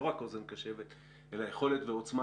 לא רק אוזן קשבת אלא יכולת ועוצמה,